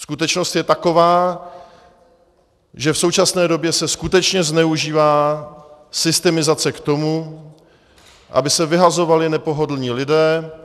Skutečnost je taková, že v současné době se skutečně zneužívá systemizace k tomu, aby se vyhazovali nepohodlní lidé.